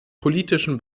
politischen